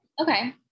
Okay